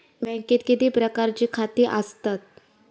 बँकेत किती प्रकारची खाती आसतात?